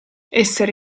essere